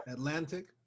Atlantic